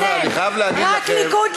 חבר'ה, אני חייב להגיד לכם, רק ליכודניקים.